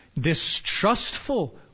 distrustful